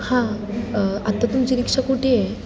हां आत्ता तुमची रिक्षा कुठे आहे